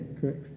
correct